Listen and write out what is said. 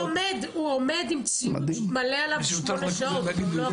הוא עומד עם ציוד מלא במשך שמונה שעות.